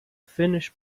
finish